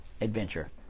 adventure